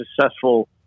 successful